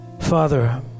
Father